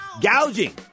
gouging